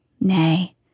nay